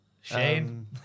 Shane